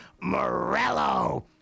Morello